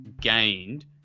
gained